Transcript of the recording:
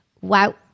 Wow